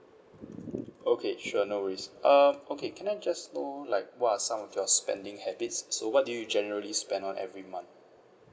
okay sure no worries uh okay can I just know like what are some of your spending habits so what do you generally spend on every month